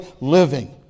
living